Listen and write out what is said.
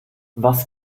was